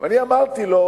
ואני אמרתי לו: